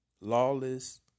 lawless